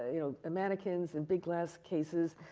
you know, mannequins in big glass cases,